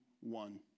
one